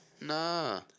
Nah